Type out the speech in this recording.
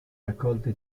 raccolte